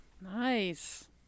Nice